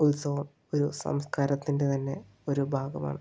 ഉത്സവം ഒരു സംസ്കാരത്തിൻ്റെ തന്നെ ഒരു ഭാഗമാണ്